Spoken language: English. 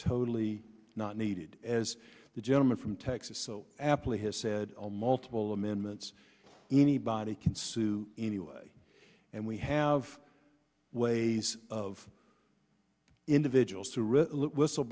totally not needed as the gentleman from texas so aptly has said on multiple amendments anybody can sue anyone and we have ways of individuals wh